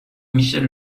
michel